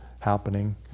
Happening